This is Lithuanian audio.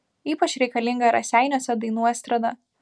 ypač reikalinga raseiniuose dainų estrada